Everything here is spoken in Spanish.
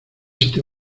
este